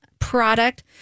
Product